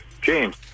James